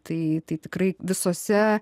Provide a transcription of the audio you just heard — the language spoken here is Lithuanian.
tai tai tikrai visuose